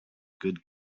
good